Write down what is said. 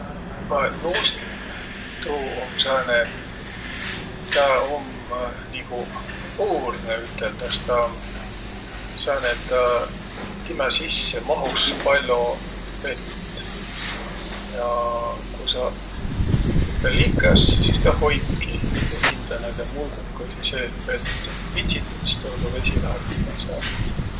Kaeq, nuustik, tuu um sääne, tä um niguq puurnõ üteldäs. Tä um sääne, et tä, timä sisse mahus pall'o vett. Ja ku sa tiit tä likõs, sis tä hoitki nigu hindä naidõ mulgukõisi seeh vett ja ku pitsität, sis tulõ tuu vesi vällä säält.